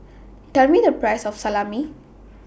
Tell Me The Price of Salami